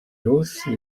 rossi